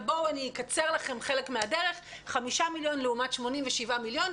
אבל בואו אני אקצר לכן חלק מהדרך: חמישה מיליון לעומת 87 מיליון.